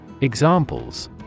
Examples